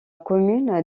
commune